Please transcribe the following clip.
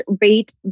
rate